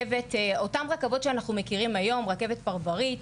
אותן רכבות שאנחנו מכירים היום, רכבת פרברית.